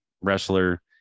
wrestler